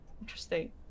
Interesting